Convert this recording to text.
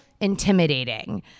intimidating